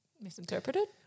Misinterpreted